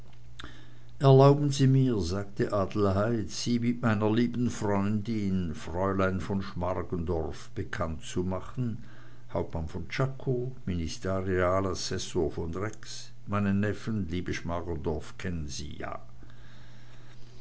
erlauben sie mir sagte adelheid sie mit meiner lieben freundin fräulein von schmargendorf bekannt zu machen hauptmann von czako ministerialassessor von rex meinen neffen liebe schmargendorf kennen sie ja